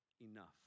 Enough